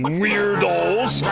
weirdos